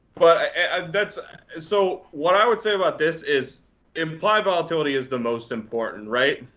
but that's so what i would say about this is implied volatility is the most important, right?